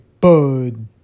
bud